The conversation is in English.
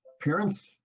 parents